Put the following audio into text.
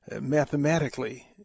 mathematically